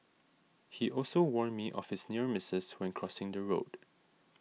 he always warn me of his near misses when crossing the road